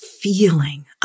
feeling